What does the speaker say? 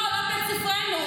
לא, לא בבית ספרנו.